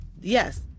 Yes